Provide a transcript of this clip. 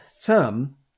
term